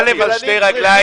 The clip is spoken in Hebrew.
א', על שתי רגליים.